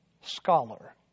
scholar